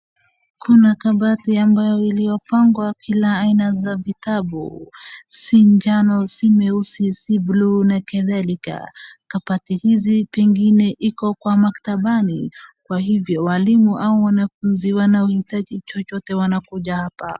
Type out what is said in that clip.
Kuna kabati ambayo iliopangwa kila aina za vitabu, si njano, si meusi, si buluu na kadhalika. Kabati hizi pengine iko kwa maktabani kwa hivyo walimu au wanafuzi wanaoitaji chochote wanakuja hapa.